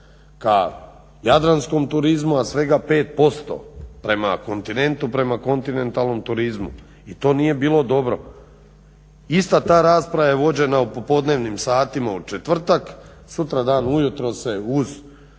ka jadranskom turizmu, a svega 5% prema kontinentu, prema kontinentalnom turizmu i to nije bilo dobro. Ista ta rasprava je vođena u popodnevnim satima u četvrtak, sutradan ujutro se uz